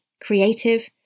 creative